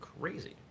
crazy